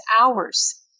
hours